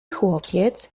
chłopiec